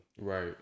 right